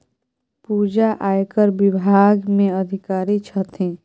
पूजा आयकर विभाग मे अधिकारी छथि